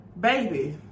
baby